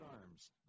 Arms